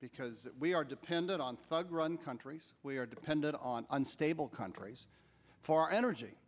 because we are dependent on thug run countries we are dependent on unstable countries for energy